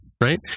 right